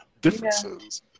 differences